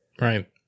Right